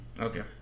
Okay